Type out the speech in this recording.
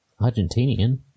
Argentinian